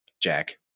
Jack